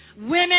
women